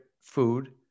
food